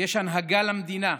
יש הנהגה למדינה,